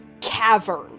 cavern